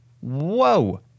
Whoa